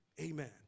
Amen